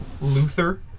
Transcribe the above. Luther